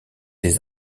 des